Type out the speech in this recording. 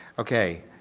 okay.